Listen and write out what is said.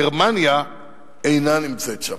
גרמניה אינה נמצאת שם.